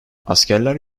askerler